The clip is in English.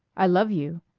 i love you.